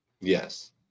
Yes